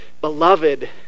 beloved